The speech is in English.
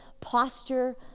posture